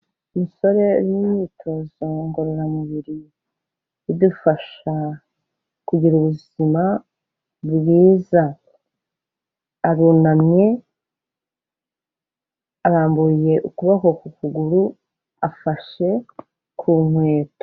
Umusore uri mu myitozo ngororamubiri idufasha kugira ubuzima bwiza. Arunamye arambuye ukuboko ku kuguru, afashe ku nkweto.